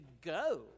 go